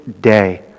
day